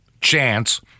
chance